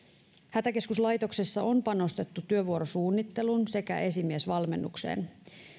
hätäkeskuslaitoksessa on panostettu työvuorosuunnitteluun sekä esimiesvalmennukseen